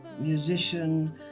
musician